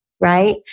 right